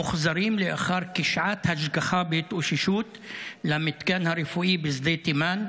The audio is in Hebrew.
מוחזרים לאחר כשעת השגחה בהתאוששות למתקן הרפואי בשדה תימן,